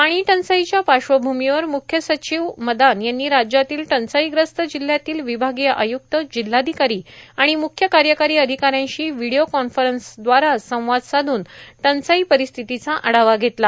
पाणी टंचाईच्या पाश्वभूमीवर मुख्य र्साचव मदान यांनी राज्यातील टंचाईग्रस्त जिल्ह्यातील विभागीय आय्क्त जिल्ह्याधकारां आण मुख्य कायकारां अधिकाऱ्यांशी व्हिडओ कॉन्फरन्सद्वारे संवाद साधून टंचाई र्पारस्थितीचा आढावा घेतला